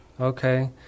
Okay